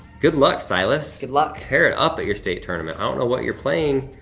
good luck, silas. good luck. tear it up at your state tournament. i don't what you're playing,